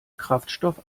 kraftstoff